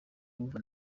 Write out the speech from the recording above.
yumva